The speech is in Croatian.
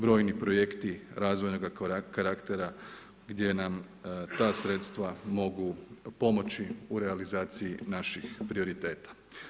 Brojni projekti razvojnoga karaktera gdje nam ta sredstva mogu pomoći u realizaciji naših prioriteta.